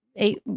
Eight